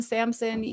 Samson